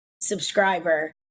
subscriber